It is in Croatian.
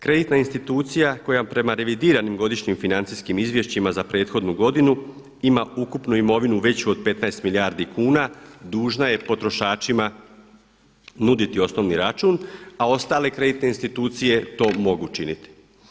Kreditna institucija koja prema revidiranim godišnjim financijskim izvješćima za prethodnu godinu ima ukupnu imovinu veću od 15 milijardi kuna dužna je potrošačima nuditi osnovni račun, a ostale kreditne institucije to mogu činiti.